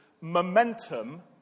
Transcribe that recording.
momentum